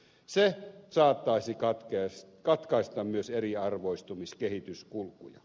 se saattaisi katkaista myös eriarvoistumiskehityskulkuja